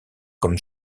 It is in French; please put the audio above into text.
comme